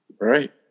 right